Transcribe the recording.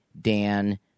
Dan